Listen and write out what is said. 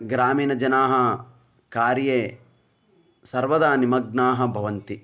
ग्रामीणजनाः कार्ये सर्वदा निमग्नाः भवन्ति